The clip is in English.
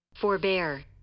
Forbear